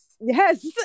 Yes